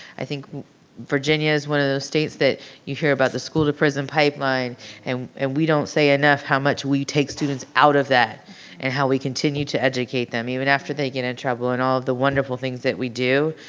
i think virginia is one of those states that you hear about the school to prison pipeline and and we don't say enough how much we take students out of that and how we continue to educate them even after they get in trouble and all of the wonderful things that we do.